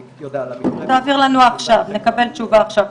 תעביר לנו עכשיו ונקבל תשובה עכשיו,